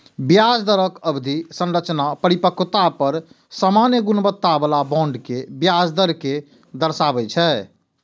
ब्याज दरक अवधि संरचना परिपक्वता पर सामान्य गुणवत्ता बला बांड के ब्याज दर कें दर्शाबै छै